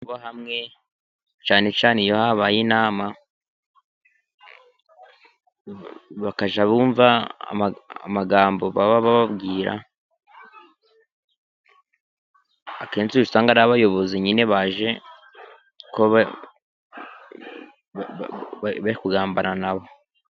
Iyo hamwe habaye inama, bakajya bumva amagambo bagiye bababwira akenshi ubu sanga arabayobozi barikugambana nabo .